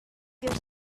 your